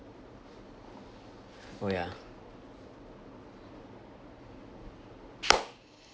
oh ya